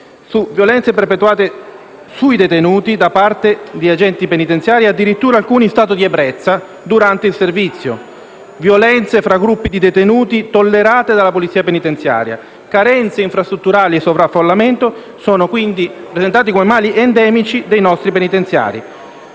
Violenze perpetrate sui detenuti da parte di agenti penitenziari, addirittura alcuni in stato di ebbrezza durante il servizio, violenze tra gruppi di detenuti tollerate dalla polizia penitenziaria, carenze infrastrutturali e sovraffollamento sono quindi presentati come mali endemici dei nostri penitenziari.